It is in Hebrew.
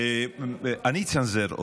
אני אצנזר,